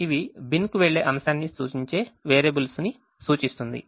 ఇవి బిన్కు వెళ్లే అంశాన్ని సూచించే వేరియబుల్స్ ని సూచిస్తుంది